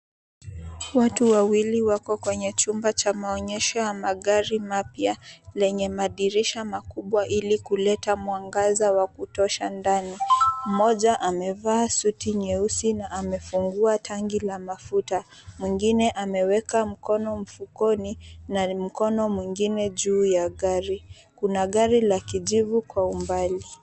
Watu wawili wako kwenye chumba cha maonyesho ya magari mapya lenye madirisha makubwa ili kuleta mwangaza wa kutosha ndani. Mmoja amevaa suti nyeusi na amefungua tangi la mafuta, mwingine ameweka mkono mfukoni na mkono mwingine juu ya gari. Kuna gari la kijivu kwa umbali.